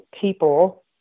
people